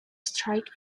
strike